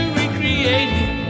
recreating